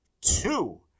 Two